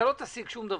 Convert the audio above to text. אתה לא תשיג שום דבר.